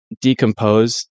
decompose